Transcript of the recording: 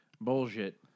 Bullshit